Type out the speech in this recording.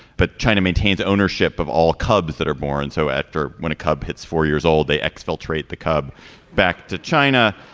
but china maintains ownership of all cubs that are born. so after when a cub hits four years old they expel trade the cub back to china.